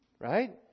Right